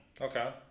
Okay